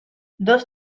dos